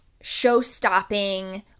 show-stopping